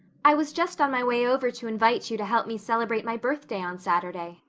i was just on my way over to invite you to help me celebrate my birthday on saturday,